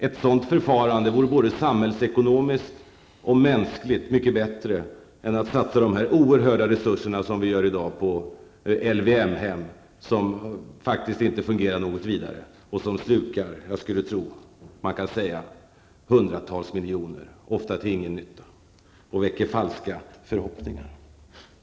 Ett sådant förfarande vore både samhällsekonomiskt och mänskligt mycket bättre än att satsa de oerhörda resurserna, såsom det görs i dag, på LVM-hem -- som faktiskt inte fungerar något vidare, slukar hundratals miljoner ofta till ingen nytta och väcker falska förhoppningar.